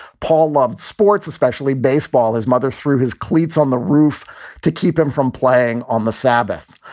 paul loved sports, especially baseball. his mother threw his cleats on the roof to keep him from playing on the sabbath.